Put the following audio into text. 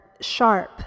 sharp